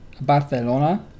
Barcelona